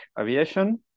aviation